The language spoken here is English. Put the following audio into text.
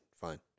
Fine